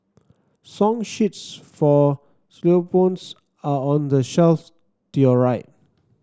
song sheets for are on the shelf to your right